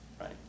right